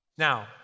Now